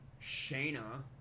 Shayna